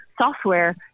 software